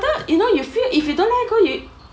that you know you feel if you don't let go you